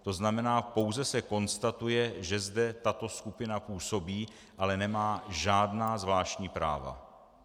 To znamená, pouze se konstatuje, že zde tato skupina působí, ale nemá žádná zvláštní práva.